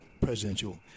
presidential